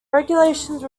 regulations